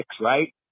right